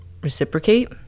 reciprocate